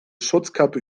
schutzkappe